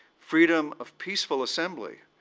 freedom of peaceful assembly.